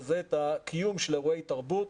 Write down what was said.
וזה את הקיום של אירועי תרבות,